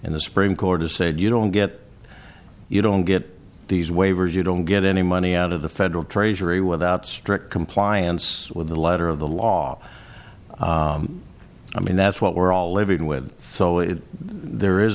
in the supreme court has said you don't get you don't get these waivers you don't get any money out of the federal treasury without strict compliance with the letter of the law i mean that's what we're all living with so there is